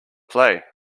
play